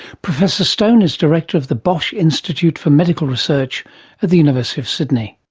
professor stone is director of the bosch institute for medical research at the university of sydney.